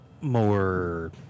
more